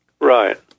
Right